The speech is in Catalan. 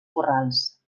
corrals